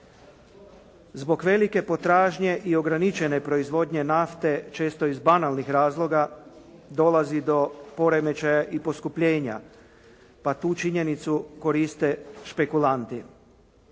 Zbog velike potražnje i ograničene proizvodnje nafte često iz banalnih razloga dolazi do poremećaja i poskupljenja pa tu činjenicu koriste špekulanti.